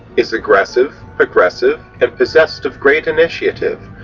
is aggressive, progressive, and possessed of great initiative,